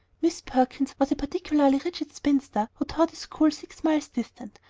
miss perkins was a particularly rigid spinster who taught school six miles distant,